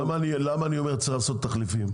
למה אני אומר שצריך לעשות תחליפים?